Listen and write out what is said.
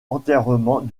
entièrement